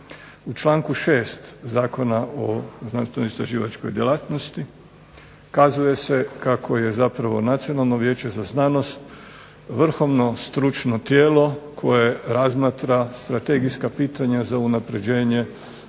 U članku 6. Zakona o znanstveno-istraživačkoj djelatnosti kazuje se kako je zapravo Nacionalno vijeće za znanost vrhovno stručno tijelo koje razmatra strategijska pitanja za unapređenje